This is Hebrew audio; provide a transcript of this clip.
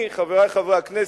חברי חברי הכנסת,